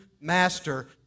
master